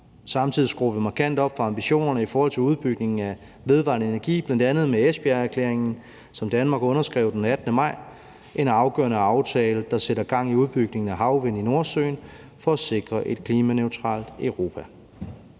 Samtidig skruer vi markant op for ambitionerne i forhold til udbygningen af vedvarende energi, bl.a. med Esbjergerklæringen, som Danmark underskrev den 18. maj. Det er en afgørende aftale, der sætter gang i udbygningen af havvind i Nordsøen for at sikre et klimaneutralt Europa.